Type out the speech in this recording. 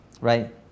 right